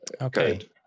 okay